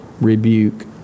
rebuke